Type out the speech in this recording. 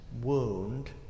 wound